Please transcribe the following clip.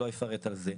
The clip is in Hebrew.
אני לא אפרט על זה.